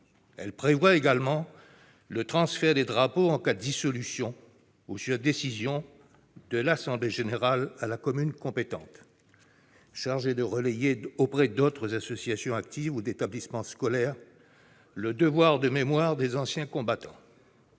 Elle prévoit également le transfert des drapeaux, en cas de dissolution de l'association ou sur décision de son assemblée générale, à la commune compétente, chargée de relayer, auprès d'associations actives ou d'établissements scolaires, le devoir de mémoire des anciens combattants.